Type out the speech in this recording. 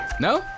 No